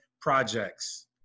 Projects